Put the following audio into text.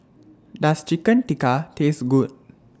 Does Chicken Tikka Taste Good